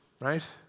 right